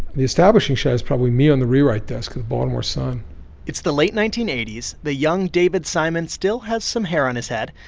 the establishing shot is probably me on the rewrite desk at the baltimore sun it's the late nineteen eighty s. the young david simon still has some hair on his head.